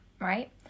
right